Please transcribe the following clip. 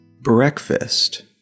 Breakfast